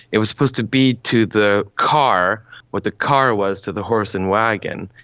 it was supposed to be to the car what the car was to the horse and wagon.